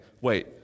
Wait